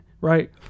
right